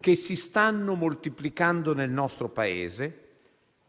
che si stanno moltiplicando nel nostro Paese